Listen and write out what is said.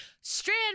Strand